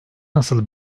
nasıl